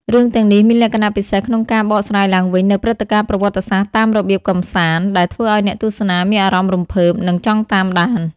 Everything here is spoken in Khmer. រឿងទាំងនេះមានលក្ខណៈពិសេសក្នុងការបកស្រាយឡើងវិញនូវព្រឹត្តិការណ៍ប្រវត្តិសាស្ត្រតាមរបៀបកម្សាន្ត ដែលធ្វើឲ្យអ្នកទស្សនាមានអារម្មណ៍រំភើប និងចង់តាមដាន។